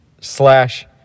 slash